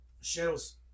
shadows